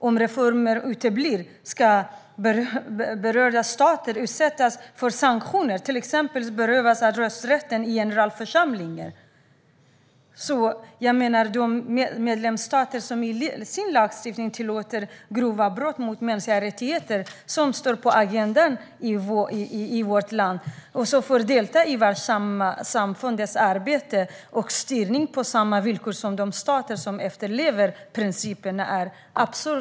Om reformer uteblir ska berörda stater utsättas för sanktioner, som att fråntas sin rösträtt i generalförsamlingen. Jag tycker att det är absurt och oacceptabelt att de medlemsstater som i sin lagstiftning tillåter grova brott mot de mänskliga rättigheterna, som står på agendan i vårt land, får delta i världssamfundets arbete och styrning på samma villkor som de stater som efterlever principerna.